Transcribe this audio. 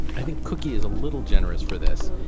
i think cookie is a little generous for this.